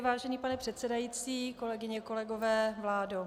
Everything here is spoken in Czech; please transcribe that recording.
Vážený pane předsedající, kolegyně, kolegové, vládo.